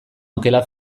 okela